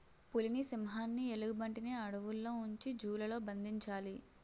పులిని సింహాన్ని ఎలుగుబంటిని అడవుల్లో ఉంచి జూ లలో బంధించాలి